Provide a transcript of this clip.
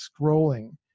scrolling